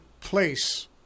place